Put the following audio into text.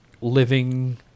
living